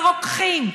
ורוקחים,